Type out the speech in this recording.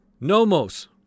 Nomos